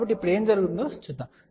కాబట్టి ఇప్పుడు ఏమి జరుగుతుందో చూద్దాం